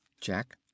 Jack